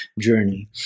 journey